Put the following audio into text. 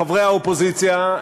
חברי האופוזיציה,